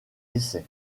essais